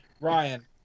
Ryan